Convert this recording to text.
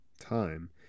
time